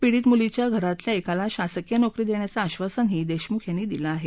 पिडीत मुलीच्या घरातल्या एकाला शासकीय नोकरी देण्याचं आक्षासनही देखमुख यांनी दिलं आहे